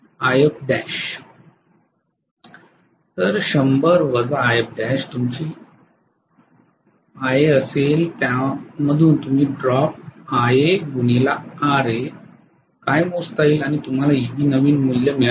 तर 100 Ifl तुमची IA असेल आणि त्यामधून तुम्ही ड्रॉप IaRa काय मोजता येईल आणि तुम्हाला Eb नवीन मूल्य मिळाले आहे